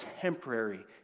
temporary